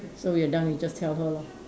so we are done we just tell her lor